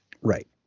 right